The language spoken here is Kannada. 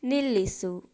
ನಿಲ್ಲಿಸು